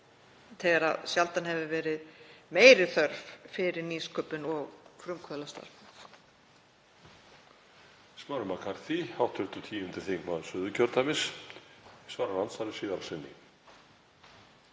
þegar sjaldan hefur verið meiri þörf fyrir nýsköpun og frumkvöðlastarf